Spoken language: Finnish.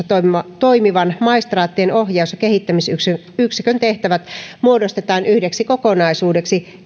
toimivan toimivan maistraattien ohjaus ja kehittämisyksikön tehtävät muodostetaan yhdeksi kokonaisuudeksi